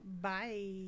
Bye